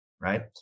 Right